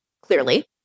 clearly